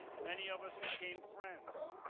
many of us became friends.